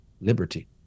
liberty